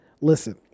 listen